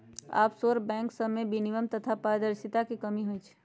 offshore bank सभमें विनियमन तथा पारदर्शिता के कमी होइ छइ